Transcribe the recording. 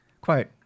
Quote